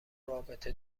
رابطه